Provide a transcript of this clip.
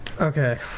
Okay